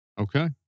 Okay